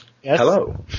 hello